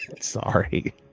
Sorry